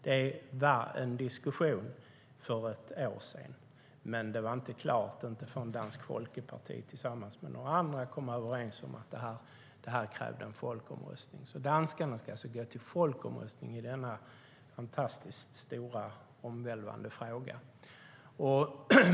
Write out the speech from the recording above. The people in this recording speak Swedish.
Det var en diskussion för ett år sedan, men man kom inte överens med Dansk folkeparti tillsammans med några andra, som krävde en folkomröstning. Danskarna ska alltså gå till folkomröstning i denna fantastiskt stora och omvälvande fråga.